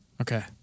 Okay